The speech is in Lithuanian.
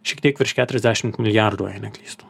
šiek tiek virš keturiasdešimt milijardų jei neklystu